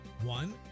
One